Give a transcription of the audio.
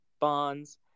bonds